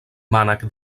mànec